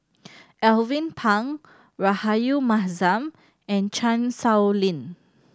Alvin Pang Rahayu Mahzam and Chan Sow Lin